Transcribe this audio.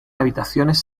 habitaciones